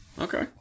okay